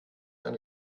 ein